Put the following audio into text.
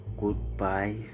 Goodbye